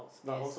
yes